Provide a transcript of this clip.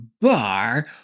bar